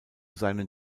seinen